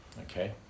Okay